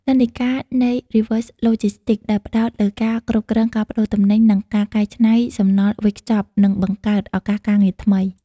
និន្នាការនៃ Reverse Logistics ដែលផ្តោតលើការគ្រប់គ្រងការប្តូរទំនិញ និងការកែច្នៃសំណល់វេចខ្ចប់ នឹងបង្កើតឱកាសការងារថ្មី។